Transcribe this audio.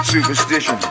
Superstition